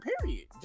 period